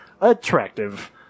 attractive